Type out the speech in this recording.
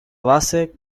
base